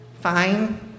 Fine